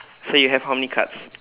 so you have how many cards